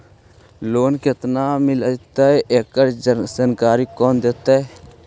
Loan केत्ना मिलतई एकड़ जानकारी कौन देता है?